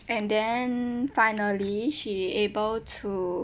and then finally she able to